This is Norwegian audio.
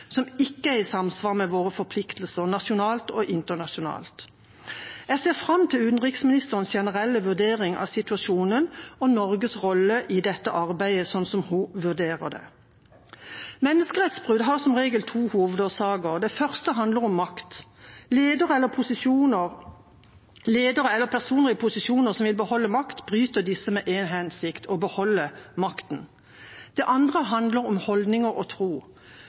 som ikke er i samsvar med våre forpliktelser nasjonalt og internasjonalt. Jeg ser fram til å høre utenriksministerens generelle vurdering av situasjonen og hva som er Norges rolle i dette arbeidet, slik som hun vurderer det. Menneskerettsbrudd er det som regel to hovedårsaker til. Den første handler om makt. Ledere eller personer i posisjon som vil beholde makt, bryter disse med én hensikt: å beholde makten. Det andre handler om holdninger og tro.